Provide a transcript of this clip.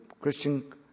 Christian